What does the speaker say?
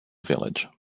village